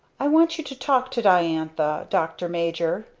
i want you to talk to diantha, doctor major,